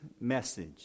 message